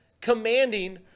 commanding